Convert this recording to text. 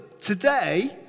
today